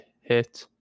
hit